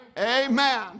Amen